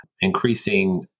increasing